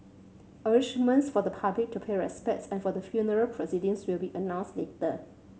arrangements for the public to pay respects and for the funeral proceedings will be announced later